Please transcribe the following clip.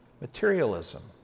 materialism